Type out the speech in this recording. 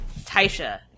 Taisha